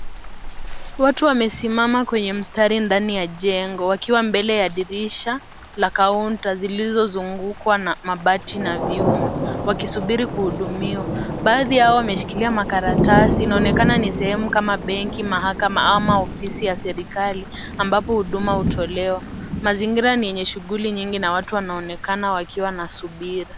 Watu wamesimama kwenye mstari ndani ya jengo wakiwa mbele ya dirisha la kaunta zilizozungukwa na mabati na vyuma, wakisubiri kuhudumiwa. Baadhi yao wameshikilia karatasi, inaonekana ni sehemu kama benki, mahakama ama ofisi ya serikali ambapo huduma hutolewa. Mazingira ni yenye shughuli nyingi na watu wanaonekana wakiwa na subira.